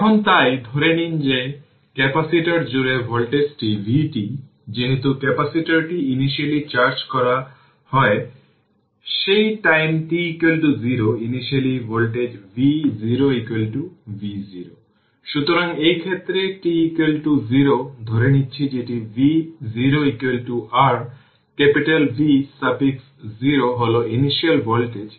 এখন তাই ধরে নিন যে ক্যাপাসিটর জুড়ে ভোল্টেজটি vt যেহেতু ক্যাপাসিটরটি ইনিশিয়ালী চার্জ করা হয় সেই time t 0 initial voltage v0 v1 সুতরাং এই ক্ষেত্রে t 0 ধরে নিচ্ছি যেটি v0 r capital V suffix 0 হল ইনিশিয়াল ভোল্টেজ